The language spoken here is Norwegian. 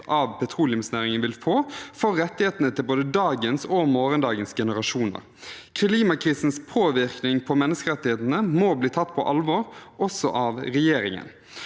av petroleumsnæringen vil få for rettighetene til både dagens og morgendagens generasjoner. Klimakrisens påvirkning på menneskerettighetene må bli tatt på alvor også av regjeringen.